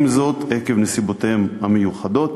עם זאת, עקב נסיבותיהם המיוחדות,